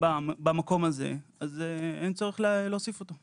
במקום הזה, אז אין צורך להוסיף אותו.